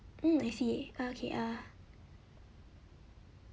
mm I see okay uh